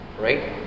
Right